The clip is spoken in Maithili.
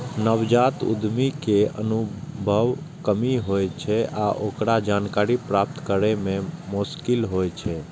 नवजात उद्यमी कें अनुभवक कमी होइ छै आ ओकरा जानकारी प्राप्त करै मे मोश्किल होइ छै